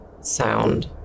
sound